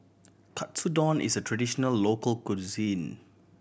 katsudon is a traditional local cuisine